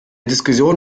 diskussion